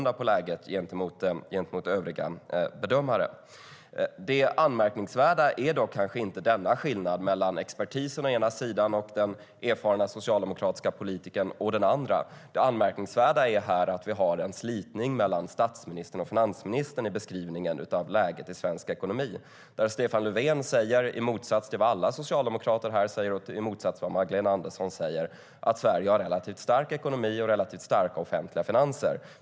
Det anmärkningsvärda är dock kanske inte skillnaden mellan expertisen å ena sidan och en erfaren socialdemokratisk politiker å den andra. Det anmärkningsvärda är att vi har en slitning mellan statsministern och finansministern i beskrivningen av läget i svensk ekonomi. I motsats till vad alla socialdemokrater och Magdalena Andersson säger här hävdar Stefan Löfven att Sverige har relativt stark ekonomi och relativt starka offentliga finanser.